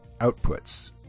outputs